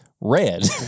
Red